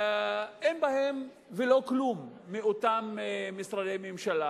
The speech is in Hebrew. אין בהן ולא כלום מאותם משרדי ממשלה,